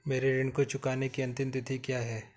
मेरे ऋण को चुकाने की अंतिम तिथि क्या है?